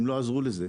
הן לא עזרו לזה.